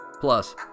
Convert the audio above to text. Plus